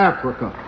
Africa